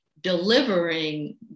delivering